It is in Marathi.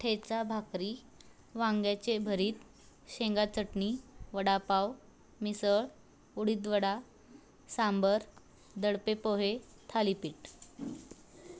ठेचा भाकरी वांग्याचे भरीत शेंगा चटणी वडापाव मिसळ उडीदवडा सांबर दडपे पोहे थालीपीठ